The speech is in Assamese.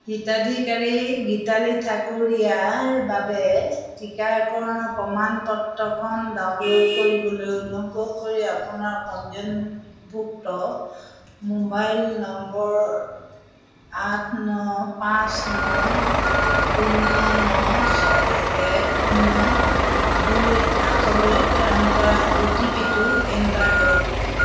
হিতাধিকাৰী গীতালি ঠাকুৰীয়াৰ বাবে টীকাকৰণৰ প্ৰমাণ পত্ৰখন ডাউনলোড কৰিবলৈ অনুগ্ৰহ কৰি আপোনাৰ পঞ্জীয়নভুক্ত মোবাইল নম্বৰ আঠ ন পাঁচ ন শূন্য ন ছয় এক শূন্য দুই আঠলৈ প্ৰেৰণ কৰা অ' টি পি টো এণ্টাৰ কৰক